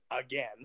again